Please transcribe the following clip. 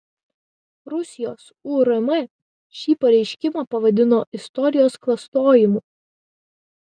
rusijos urm šį pareiškimą pavadino istorijos klastojimu